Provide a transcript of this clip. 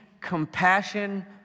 compassion